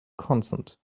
consent